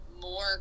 more